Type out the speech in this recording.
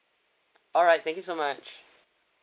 alright thank you so much